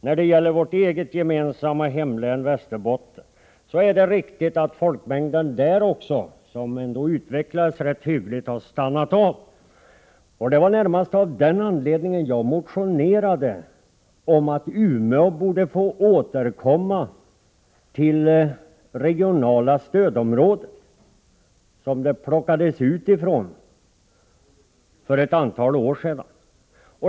När det gäller vårt gemensamma hemlän, Västerbotten, är det riktigt att utvecklingen av dess folkmängd, som tidigare var rätt hygglig, nu har stannat av. Det var närmast av den anledningen jag motionerade om att Umeå borde återföras till det regionala stödområdet, varifrån det plockades bort för ett antal år sedan.